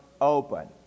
open